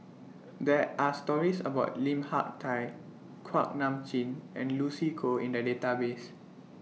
There Are stories about Lim Hak Tai Kuak Nam Jin and Lucy Koh in The Database